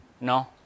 no